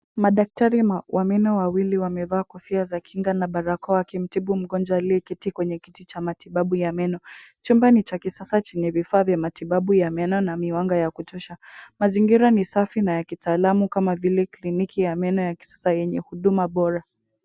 Madaktari wa meno wawili wamevaa kofia za kinga na barakoa, wakimtibu mgonjwa aliyeketi kwenye kiti cha matibabu ya meno. Chumba ni cha kisasa chenye vifaa vya matibabu ya meno na miwanga ya kutosha. Mazingira ni safi na ya kitaalamu kama vile kliniki ya meno ya kisasa yenye huduma bora.